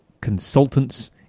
consultants